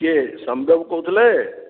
କିଏ ଶମ୍ଭୁ ବାବୁ କହୁଥିଲେ